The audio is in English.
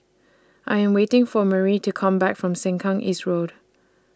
I Am waiting For Merrie to Come Back from Sengkang East Road